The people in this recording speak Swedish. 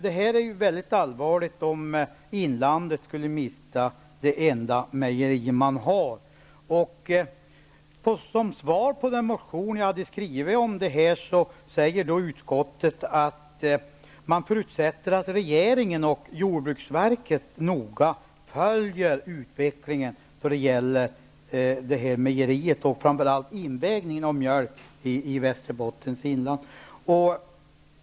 Det vore väldigt allvarligt, om inlandet skulle mista det enda mejeri som man har. Om den motion som jag har väckt i denna fråga säger utskottet att man förutsätter att regeringen och jordbruksverket noga följer utvecklingen när det gäller mejeriet och framför allt invägningen av mjölk i Västerbottens inland.